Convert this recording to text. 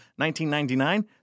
1999